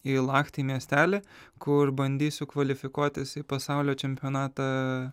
į lahti miestelį kur bandysiu kvalifikuotis į pasaulio čempionatą